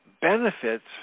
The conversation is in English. benefits